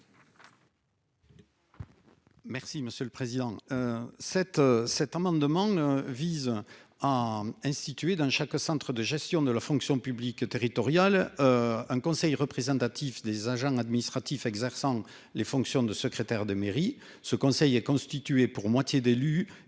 Merci monsieur le président.